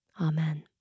Amen